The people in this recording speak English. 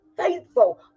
faithful